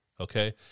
okay